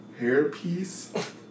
hairpiece